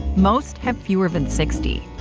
most have fewer than sixty.